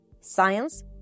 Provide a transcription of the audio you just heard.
science